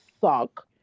suck